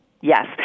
Yes